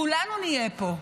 כולנו נהיה פה.